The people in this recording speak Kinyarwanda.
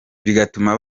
bigatuma